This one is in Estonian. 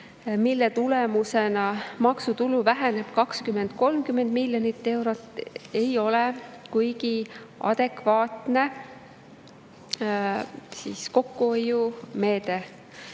mille tulemusena maksutulu väheneb 20–30 miljonit eurot, ei ole kuigi adekvaatne kokkuhoiumeede.